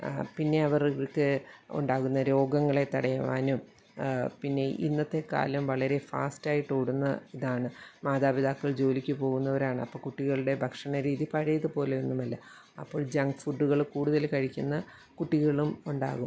പിന്നെ അവർക്ക് ഉണ്ടാകുന്ന രോഗങ്ങളെ തടയുവാനും പിന്നെ ഇന്നത്തെക്കാലം വളരെ ഫാസ്റ്റായിട്ടോടുന്ന ഇതാണ് മാതാപിതാക്കൾ ജോലിക്ക് പോകുന്നവരാണ് അപ്പോൾ കുട്ടികളുടെ ഭക്ഷണരീതി പഴയതുപോലെയൊന്നുമല്ല അപ്പോൾ ജങ്ക് ഫുഡ്ഡുകൾ കൂടുതൽ കഴിക്കുന്ന കുട്ടികളും ഉണ്ടാകും